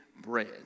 bread